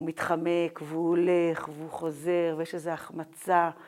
הוא מתחמק והוא הולך והוא חוזר ויש איזו החמצה.